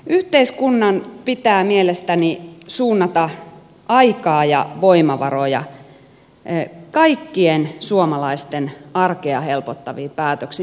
yhteiskunnan pitää mielestäni suunnata aikaa ja voimavaroja kaikkien suomalaisten arkea helpottaviin päätöksiin